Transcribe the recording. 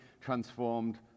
transformed